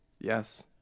Yes